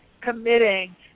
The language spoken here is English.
committing